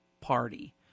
party